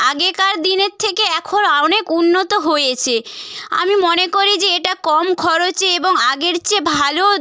আগেকার দিনের থেকে এখন অনেক উন্নত হয়েছে আমি মনে করি যে এটা কম খরচে এবং আগের চেয়ে ভালো